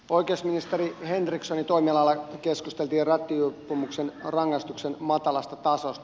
oikeusministeri henrikssonin toimialalla keskusteltiin rattijuopumuksen rangaistuksen matalasta tasosta